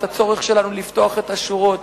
את הצורך שלנו לפתוח את השורות,